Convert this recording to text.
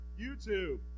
YouTube